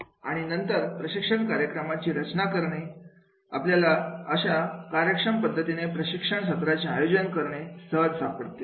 आणि नंतर प्रशिक्षण कार्यक्रमाची रचना करणे आपल्याला अशा कार्यक्षम पद्धतीने प्रशिक्षण सत्रांचे आयोजन करणे सहज सापडते